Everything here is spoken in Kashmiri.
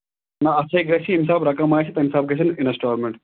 نہ اَتھ ہَے گژھِ ییٚمہِ حِسابہٕ رَقَم آسہِ تَمہِ حِسابہٕ گژھن اِنسٹالمٮ۪نٛٹ